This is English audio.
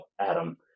Adam